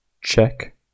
check